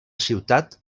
ciutat